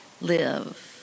live